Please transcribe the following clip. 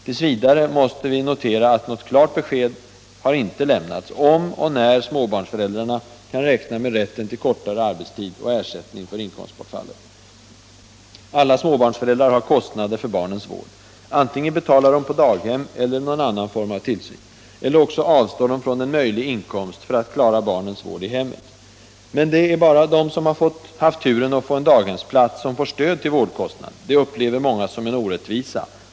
Tills vidare måste vi notera att något klart besked inte har lämnats om och när småbarnsföräldrarna kan räkna med rätten till kortare arbetstid och ersättning för inkomstbortfallet. Alla småbarnsföräldrar har kostnader för barnens vård. Antingen be Allmänpolitisk debatt Allmänpolitisk debatt talar de på daghem eller för någon annan form av tillsyn. Eller också avstår de från en möjlig inkomst för att klara barnens vård i hemmet. Men det är bara de som har haft turen att få en daghemsplats som erhåller stöd till vårdkostnaden. Det upplever många som en orättvisa.